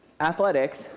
athletics